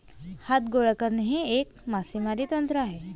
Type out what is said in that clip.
हात गोळा करणे हे एक मासेमारी तंत्र आहे